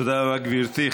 תודה רבה, גברתי.